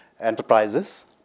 enterprises